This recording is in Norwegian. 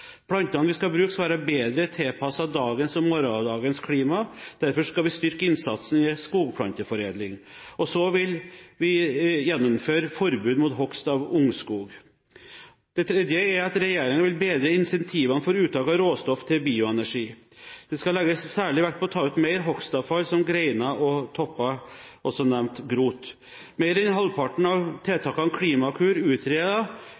Plantene vi skal bruke, skal være bedre tilpasset dagens og morgendagens klima. Derfor skal vi styrke innsatsen innen skogplanteforedling. Så vil vi gjeninnføre forbud mot hogst av ungskog. Det tredje er at regjeringen vil bedre incentivene for uttak av råstoff til bioenergi. Det skal legges særlig vekt på å ta ut mer hogstavfall som greiner og topper, også benevnt GROT. Mer enn halvparten av